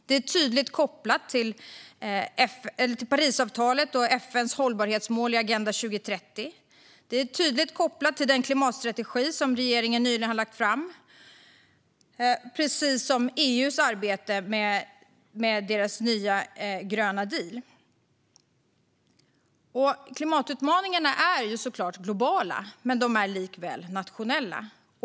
Det är tydligt kopplat till Parisavtalet och FN:s hållbarhetsmål i Agenda 2030, och det är tydligt kopplat till den klimatstrategi som regeringen nyligen har lagt fram, precis som EU:s arbete med dess nya gröna deal. Klimatutmaningarna är såklart globala, men de är likväl nationella.